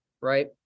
right